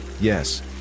yes